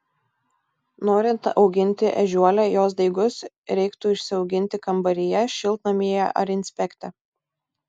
norint auginti ežiuolę jos daigus reiktų išsiauginti kambaryje šiltnamyje ar inspekte